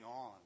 on